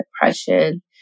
depression